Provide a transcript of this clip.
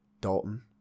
Dalton